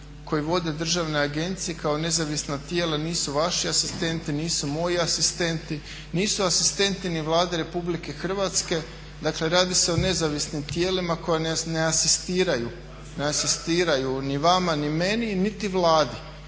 koji vode državne agencije kao nezavisna tijela nisu vaši asistenti, nisu moji asistenti nisu asistenti ni Vlade RH, dakle radi se o nezavisnim tijelima koja ne asistiraju ni vama ni meni niti Vladi.